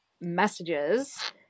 messages